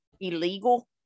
illegal